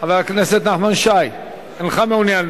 חבר הכנסת נחמן שי, אינך מעוניין?